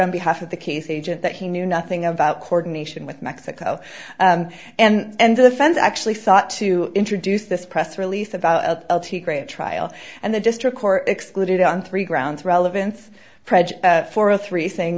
on behalf of the case agent that he knew nothing about coordination with mexico and the fence actually sought to introduce this press release about trial and the district court excluded on three grounds relevance for a three saying